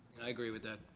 and i agree with that.